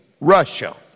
Russia